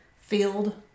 field